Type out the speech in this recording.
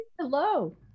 Hello